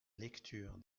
lecture